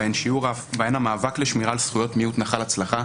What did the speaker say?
שבהן המאבק לשמירה על זכויות מיעוט נחל הצלחה.